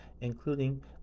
including